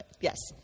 yes